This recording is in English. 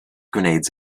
grenades